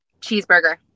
cheeseburger